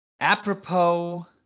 Apropos